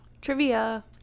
Trivia